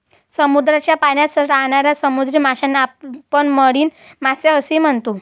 समुद्राच्या पाण्यात राहणाऱ्या समुद्री माशांना आपण मरीन मासे असेही म्हणतो